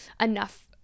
enough